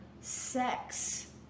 sex